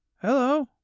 Hello